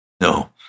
No